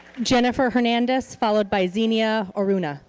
jennifer hernandez followed by zennia orunda.